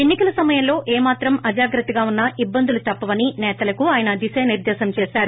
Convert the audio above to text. ఎన్పి కల సమయంలో ఏమాత్రం అజాగ్రత్తగా ఉన్నా ఇబ్బందులు తప్పవని సేతలకు ఆయన దిశానిర్దేశం చేశారు